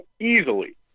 easily